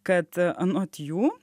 kad anot jų